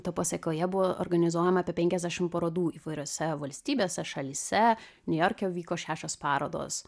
to pasekoje buvo organizuojama apie penkiasdešim parodų įvairiose valstybėse šalyse niujorke vyko šešios parodos